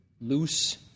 loose